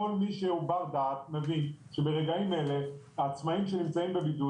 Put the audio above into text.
כל מי שהוא בר דעת מבין שברגעים אלה העצמאים שנמצאים בבידוד,